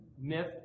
myth